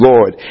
Lord